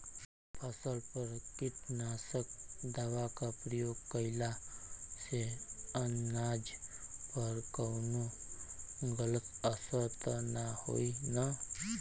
फसल पर कीटनाशक दवा क प्रयोग कइला से अनाज पर कवनो गलत असर त ना होई न?